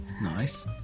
Nice